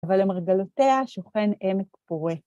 אבל למרגלותיה שוכן עמק פורה.